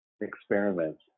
experiments